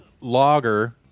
logger